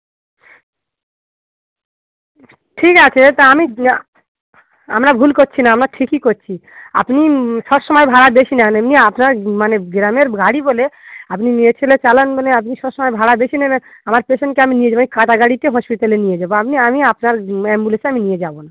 ঠিক আছে তা আমি আমরা ভুল করছি না আমরা ঠিকই করছি আপনি সব সময় ভাড়া বেশি নেন এমনি আপনার মানে গ্রামের গাড়ি বলে আপনি মেয়েছেলে চালান মানে আপনি সব সময় ভাড়া বেশি নেবেন আমার পেশেন্টকে আমি নিয়ে যাবো আমি খাটা গাড়িতে হসপিটালে নিয়ে যাবো আপনি আমি আপনার অ্যাম্বুলেসে আমি নিয়ে যাবো না